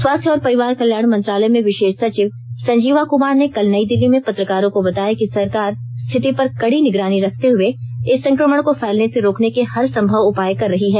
स्वास्थ्य और परिवार कल्याण मंत्रालय में विशेष सचिव संजीवा कुमार ने कल नई दिल्ली में पत्रकारों को बताया कि सरकार स्थिति पर कड़ी निगरानी रखते हुए इस संक्रमण को फैलने से रोकने के हरसंभव उपाय कर रही है